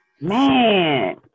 Man